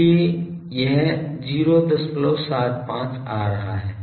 इसलिए यह 075 आ रहा है